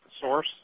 source